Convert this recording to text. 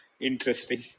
Interesting